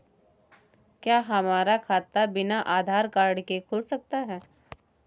क्या हमारा खाता बिना आधार कार्ड के खुल सकता है?